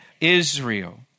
Israel